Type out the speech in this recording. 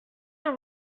dans